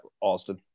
Austin